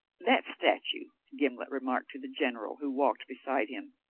that statue, gimblet remarked to the general, who walked beside him,